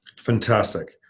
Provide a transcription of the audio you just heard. Fantastic